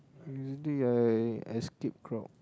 usually I I escape crowd